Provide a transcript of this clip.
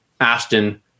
Ashton